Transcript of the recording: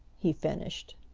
he finished.